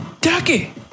Ducky